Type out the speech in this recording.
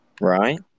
Right